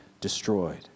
destroyed